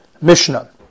Mishnah